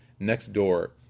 Nextdoor